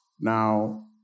Now